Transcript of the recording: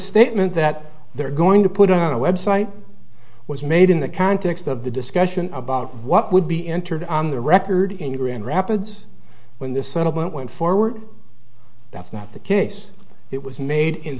statement that they're going to put on a website was made in the context of the discussion about what would be entered on the record in grand rapids when this settlement went forward that's not the case it was made in